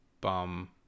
bum